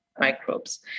microbes